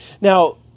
Now